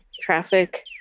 traffic